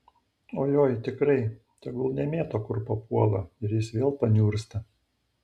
oi oi tikrai tegul nemėto kur papuola ir jis vėl paniursta